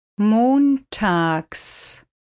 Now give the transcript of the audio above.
Montags